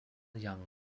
young